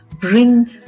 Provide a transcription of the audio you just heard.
bring